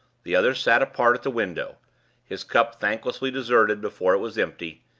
the other sat apart at the window his cup thanklessly deserted before it was empty,